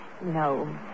No